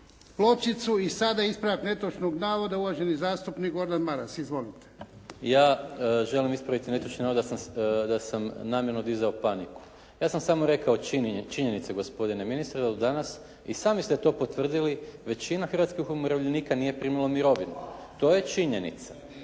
pločicu. I sada ispravak netočnog navoda uvaženi zastupnik Gordan Maras. Izvolite. **Maras, Gordan (SDP)** Ja želim ispraviti netočan navod da sam namjerno dizao paniku. Ja sam samo rekao činjenice gospodine ministre danas. I sami ste to potvrdili. Većina hrvatskih umirovljenika nije primila mirovinu. To je činjenica